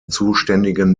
zuständigen